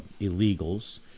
illegals